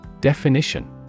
Definition